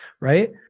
right